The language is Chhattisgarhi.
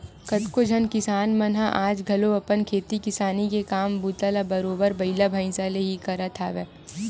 कतको झन किसान मन ह आज घलो अपन खेती किसानी के काम बूता ल बरोबर बइला भइसा ले ही करत हवय